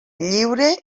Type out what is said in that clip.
lliure